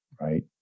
Right